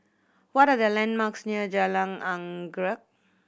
what are the landmarks near Jalan Anggerek